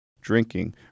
drinking